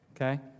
Okay